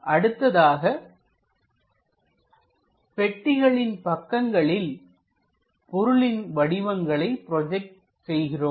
அடுத்ததாக பெட்டிகளின் பக்கங்களில் பொருளின் வடிவங்களை ப்ரொஜெக்ட் செய்கிறோம்